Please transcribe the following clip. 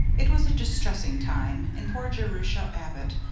it was a distressing time and poor jerusha abbott,